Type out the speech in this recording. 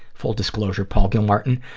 full disclosure, paul gilmartin,